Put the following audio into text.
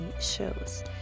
shows